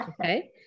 Okay